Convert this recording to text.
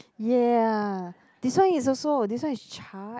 yeah this one is also this one is charred